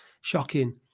shocking